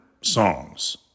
songs